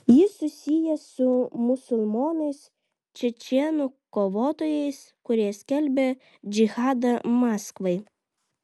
jis susijęs su musulmonais čečėnų kovotojais kurie skelbia džihadą maskvai